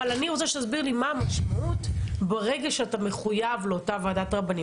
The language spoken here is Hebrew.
אני רוצה שתסביר לי מה המשמעות ברגע שאתה מחויב לאותה ועדת רבנים.